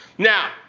Now